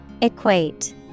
Equate